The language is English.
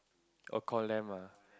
oh ah